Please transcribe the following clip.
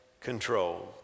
control